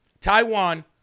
Taiwan